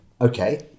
Okay